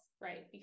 right